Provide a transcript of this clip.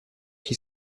qui